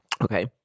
Okay